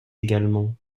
également